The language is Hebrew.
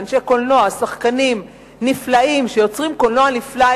אנשי קולנוע ושחקנים נפלאים שיוצרים קולנוע נפלא,